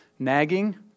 Nagging